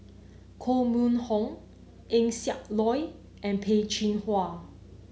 Koh Mun Hong Eng Siak Loy and Peh Chin Hua